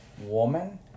woman